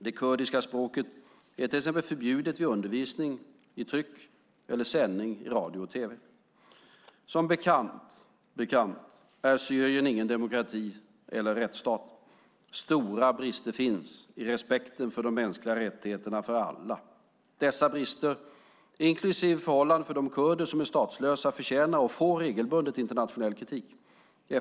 Det kurdiska språket är till exempel förbjudet vid undervisning, i tryck eller sändning i radio och tv. Som bekant är Syrien ingen demokrati eller rättsstat. Stora brister finns i respekten för de mänskliga rättigheterna för alla. Dessa brister, inklusive förhållandena för de kurder som är statslösa, förtjänar - och får regelbundet - internationell kritik.